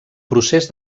procés